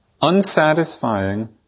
Unsatisfying